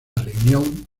reunión